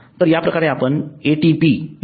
तर या प्रकारे आपण ATP लिहू